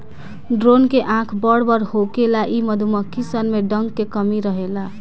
drone के आँख बड़ बड़ होखेला इ मधुमक्खी सन में डंक के कमी रहेला